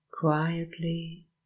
quietly